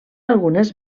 algunes